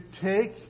take